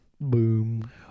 Boom